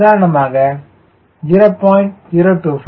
உதாரணமாக 0